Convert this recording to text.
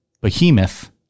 Behemoth